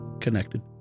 connected